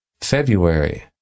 February